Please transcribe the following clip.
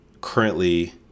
currently